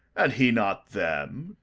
and he not them,